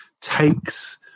takes